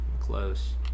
close